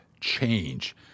change